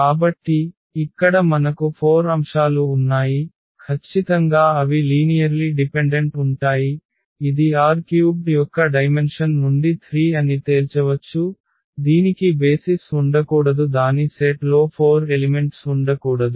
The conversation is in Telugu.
కాబట్టి ఇక్కడ మనకు 4 అంశాలు ఉన్నాయి ఖచ్చితంగా అవి లీనియర్లి డిపెండెంట్ ఉంటాయి ఇది R³ యొక్క డైమెన్షన్ నుండి 3 అని తేల్చవచ్చు దీనికి బేసిస్ ఉండకూడదు దాని సెట్లో 4 ఎలిమెంట్స్ ఉండకూడదు